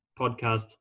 podcast